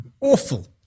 awful